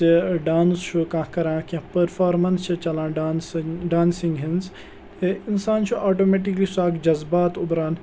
زِ ڈانٕس چھُ کانٛہہ کَران کینٛہہ پٔرفارمٮ۪نٕس چھِ چَلان ڈانسِنٛگ ڈانسِنٛگ ہِنٛز تہٕ اِنسان چھُ آٹومیٹِکلی سُہ اَکھ جذبات اُبران